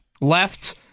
left